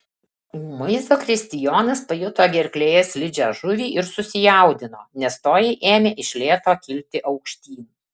ūmai zakristijonas pajuto gerklėje slidžią žuvį ir susijaudino nes toji ėmė iš lėto kilti aukštyn